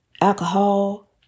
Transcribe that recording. Alcohol